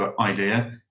idea